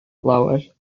lawer